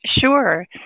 Sure